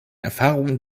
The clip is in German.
erfahrungen